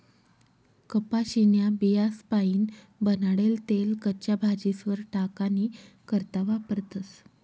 कपाशीन्या बियास्पाईन बनाडेल तेल कच्च्या भाजीस्वर टाकानी करता वापरतस